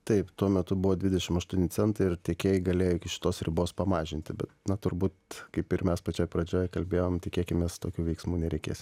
taip tuo metu buvo dvidešim aštuoni centai ir tiekėjai galėjo iki šitos ribos pamažinti bet na turbūt kaip ir mes pačioj pradžioj kalbėjom tikėkimės tokių veiksmų nereikės